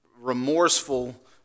remorseful